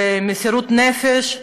במסירות נפש,